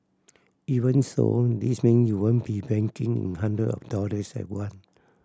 even so this mean you won't be banking in hundred of dollars at once